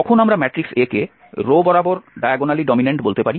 কখন আমরা matrix A কে রো বরাবর ডায়াগোনালি ডমিন্যান্ট বলতে পারি